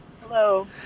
Hello